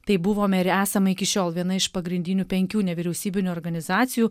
tai buvom ir esam iki šiol viena iš pagrindinių penkių nevyriausybinių organizacijų